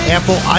Apple